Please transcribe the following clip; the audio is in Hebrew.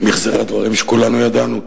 מיחזרה דברים שכולנו ידענו.